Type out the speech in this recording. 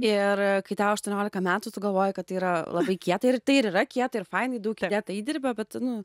ir kai tau aštuoniolika metų tu galvoji kad tai yra labai kieta ir tai ir yra kieta ir fainai daug įdėta įdirbio bet nu